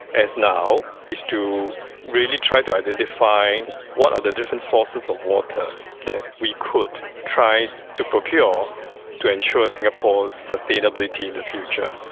as now is to really try to identify what are the different sources of water that we could try to procure to ensure singapore's sustainability in the future.